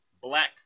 black